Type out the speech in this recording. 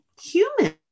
human